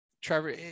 Trevor